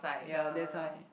ya that's why